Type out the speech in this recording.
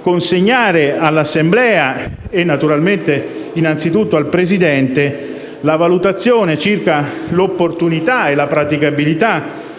consegnare all'Assemblea e naturalmente, innanzi tutto, al Presidente, la valutazione circa l'opportunità e la praticabilità